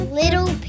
little